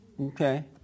Okay